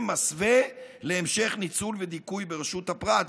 מסווה להמשך ניצול ודיכוי ברשות הפרט.